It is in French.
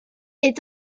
est